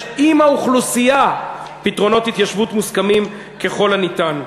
עם האוכלוסייה פתרונות התיישבות מוסכמים ככל הניתן.